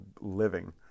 living